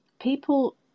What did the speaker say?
People